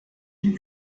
dem